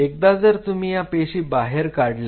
एकदा जर तुम्ही या पेशी बाहेर काढल्या